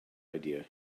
idea